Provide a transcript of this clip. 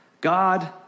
God